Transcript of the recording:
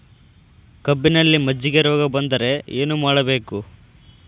ಕಬ್ಬಿನಲ್ಲಿ ಮಜ್ಜಿಗೆ ರೋಗ ಬಂದರೆ ಏನು ಮಾಡಬೇಕು?